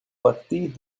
partie